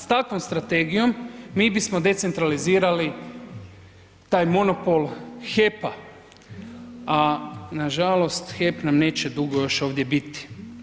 S takvom strategijom mi bismo decentralizirali taj monopol HEP-a, a nažalost HEP nam neće dugo još ovdje biti.